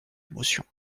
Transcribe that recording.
émotion